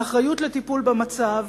האחריות לטיפול במצב